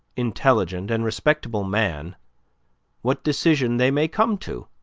intelligent, and respectable man what decision they may come to?